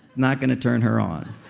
not gonna turn her on.